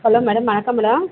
hello madam வணக்கம் madam